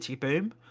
boom